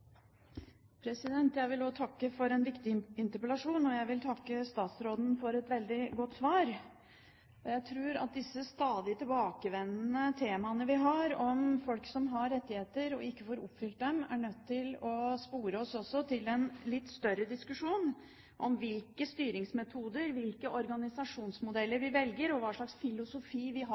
Jeg vil også takke for en viktig interpellasjon, og jeg vil takke statsråden for et veldig godt svar. Jeg tror at disse stadig tilbakevendende temaene vi har om folk som har rettigheter og ikke får oppfylt dem, er nødt til å spore oss til en litt større diskusjon om hvilke styringsmetoder, hvilke organisasjonsmodeller vi velger, og hva slags filosofi vi har